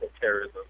terrorism